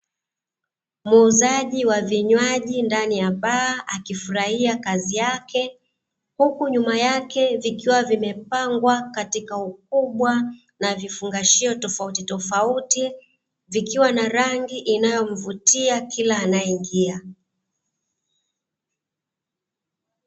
Muuzaji wa vinywaji ndani ya baa, akifurahia kazi yake, huku nyuma yake vikiwa vimepangwa katika ukubwa na vifungashio tofauti tofauti, vikiwa na rangi inayomvutia kila anayeingia.